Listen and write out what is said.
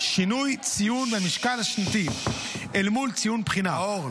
שינוי ציון המשקל השנתי אל מול ציון בחינה -- נאור,